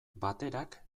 baterak